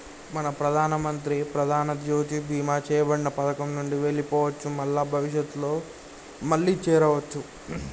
మనం ప్రధానమంత్రి ప్రధానమంత్రి జ్యోతి బీమా చేయబడిన పథకం నుండి వెళ్లిపోవచ్చు మల్ల భవిష్యత్తులో మళ్లీ చేరవచ్చు